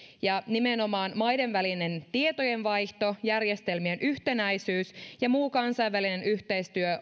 ja nimenomaan maiden välinen tietojenvaihtojärjestelmien yhtenäisyys ja muu kansainvälinen yhteistyö